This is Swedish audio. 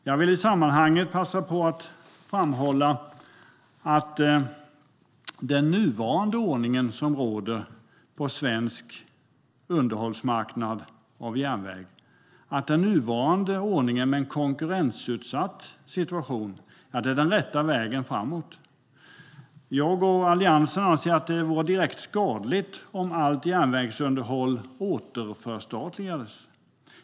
Jag vill i sammanhanget framhålla att den nuvarande ordning som råder på den svenska marknaden för underhåll av järnvägen med konkurrensutsättning är den rätta vägen framåt. Jag och Alliansen anser att det vore direkt skadligt om allt järnvägsunderhåll återförstatligades.